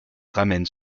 ramènent